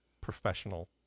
professional